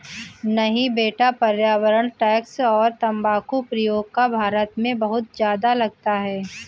नहीं बेटा पर्यावरण टैक्स और तंबाकू प्रयोग कर भारत में बहुत ज्यादा लगता है